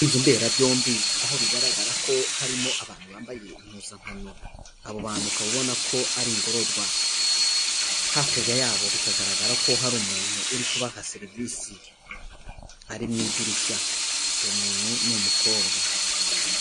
Inzu mberabyombi aho bigaragara ko harimo abantu bambaye impuzankano, abo bantu ukaba ubona ko ari ingororwa, hakurya yabo bikagaragara ko hari umuntu uri kubaha serivisi, ari mu idirishya, uwo muntu numu umukobwa.